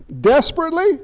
Desperately